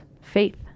faith